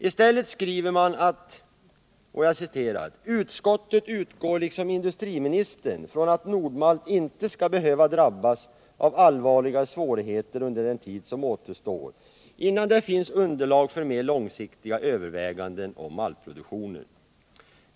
I stället skriver utskottet: ”Utskottet utgår liksom industriministern från att Nord-Malt inte skall behöva drabbas av allvarligare svårigheter under den tid som återstår innan det finns underlag för mera långsiktiga överväganden om maltproduktionen.